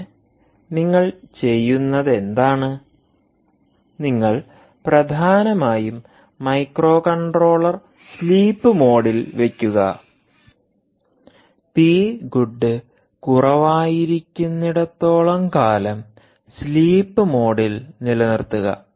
പിന്നെ നിങ്ങൾ ചെയ്യുന്നതെന്താണ് നിങ്ങൾ പ്രധാനമായും മൈക്രോകൺട്രോളർ സ്ലീപ് മോഡിൽ വയ്ക്കുക പി ഗുഡ് കുറവായിരിക്കുന്നിടത്തോളം കാലം സ്ലീപ് മോഡിൽ നിലനിർത്തുക